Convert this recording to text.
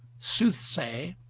soothsay,